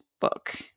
book